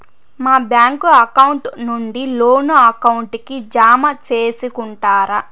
మా bank account నుండి loan account కి జామ సేసుకుంటారా?